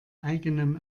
eigenem